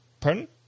Pardon